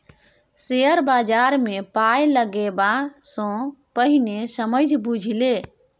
share बजारमे पाय लगेबा सँ पहिने समझि बुझि ले